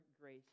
grace